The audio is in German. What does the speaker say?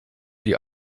die